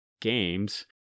games